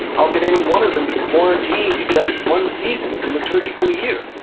how can any one of them be quarantined to just one season of the liturgical year?